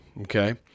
Okay